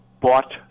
bought